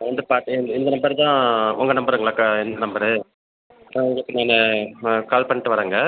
நான் வந்து பார்க்கறேன் இந் இந்த நம்பரு தான் உங்கள் நம்பருங்களாக்கா இந்த நம்பரு நா உங்கள் நான் ஆ கால் பண்ணிட்டு வரேங்க